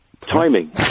timing